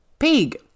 pig